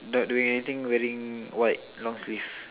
not doing anything wearing white long sleeve